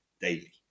daily